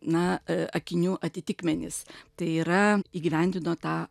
na akinių atitikmenis tai yra įgyvendino tą